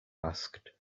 asked